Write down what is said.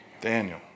Daniel